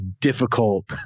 difficult